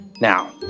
Now